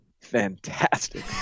fantastic